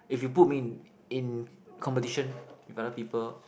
if you put me in in competition with other people